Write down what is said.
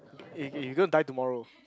eh eh you go and dye tomorrow